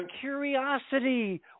curiosity